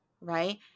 Right